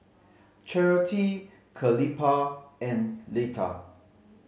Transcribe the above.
Charity and Letta